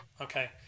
Okay